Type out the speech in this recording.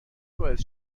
باعث